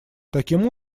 таким